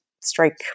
strike